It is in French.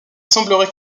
semblerait